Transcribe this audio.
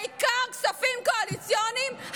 העיקר כספים קואליציוניים?